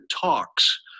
talks